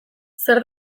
zer